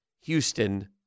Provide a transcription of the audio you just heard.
Houston